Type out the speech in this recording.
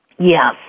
Yes